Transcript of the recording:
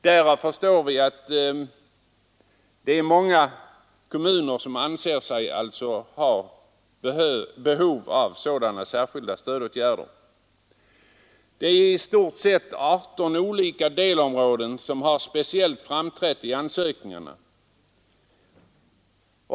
Det är således många kommuner som anser sig ha behov av särskilda stödåtgärder. I stort sett är det 18 olika användningsområden som speciellt framträder i ansökningarna.